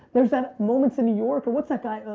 there's that moments in new york, or what's that guy,